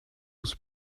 was